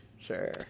Sure